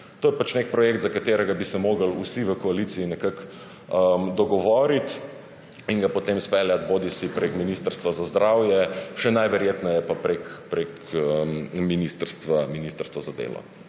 To je nek projekt, za katerega bi se morali vsi v koaliciji nekako dogovoriti in ga potem speljati bodisi prek ministrstva za zdravje, še najverjetneje pa prek ministrstva za delo.